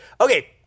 Okay